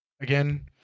again